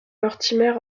mortimer